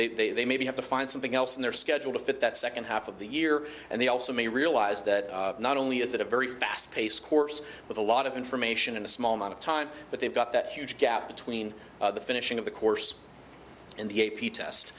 they maybe have to find something else in their schedule to fit that second half of the year and they also may realize that not only is it a very fast paced course with a lot of information and a small amount of time but they've got that huge gap between the finishing of the course and the a p test